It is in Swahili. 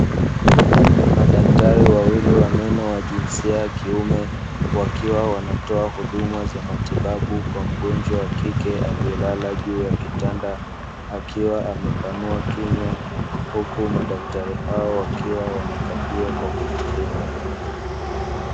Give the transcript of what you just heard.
Madaktari wawili wa meno wa jinsia ya kiume, wakiwa wanatoa huduma za matibabu kwa mgonjwa wa kike alielala juu ya kitanda; akiwa amepanua kinywa huku madaktari hao wakiwa wanakagua kwa kumulika.